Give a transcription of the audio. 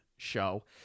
show